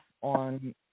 on